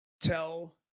tell